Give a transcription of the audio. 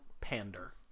pander